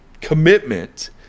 commitment